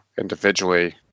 individually